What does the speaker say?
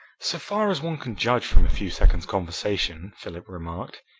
so far as one can judge from a few seconds' conversation, philip remarked,